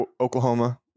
Oklahoma